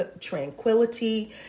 tranquility